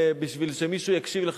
בשביל שמישהו יקשיב לך,